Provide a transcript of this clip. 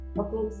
okay